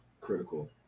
critical